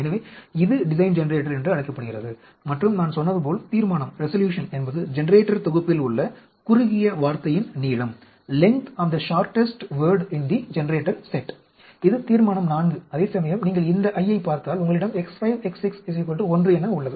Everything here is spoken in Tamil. எனவே இது டிசைன் ஜெனரேட்டர் என்று அழைக்கப்படுகிறது மற்றும் நான் சொன்னது போல் தீர்மானம் என்பது ஜெனரேட்டர் தொகுப்பில் உள்ள குறுகிய "வார்த்தையின்" நீளம் length of the shortest "word" in the generator set இது தீர்மானம் IV அதேசமயம் நீங்கள் இந்த I ஐப் பார்த்தால் உங்களிடம் X5 X6 1 என உள்ளது